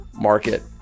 market